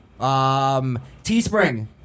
Teespring